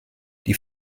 die